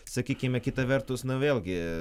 sakykime kita vertus nu vėlgi